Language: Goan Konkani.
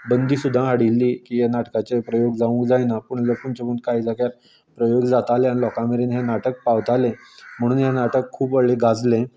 बंदी सुद्दां हाडिल्ली की ह्या नाटकाचे प्रयोग जावूं जायना पूण लपून छपून कांय जाग्यार प्रयोग जाताले आनी लोकांक मेरेन हें नाटक पावतालें म्हणून हें नाटक खूब व्हडलें गाजलें